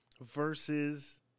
versus